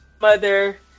mother